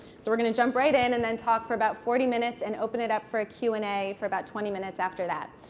so we're going to jump right in and then talk for about forty minutes and open it up for q and a for about twenty minutes after that.